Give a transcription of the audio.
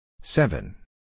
Seven